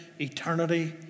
eternity